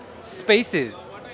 spaces